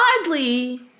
oddly